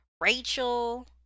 Rachel